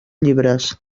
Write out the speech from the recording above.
llibres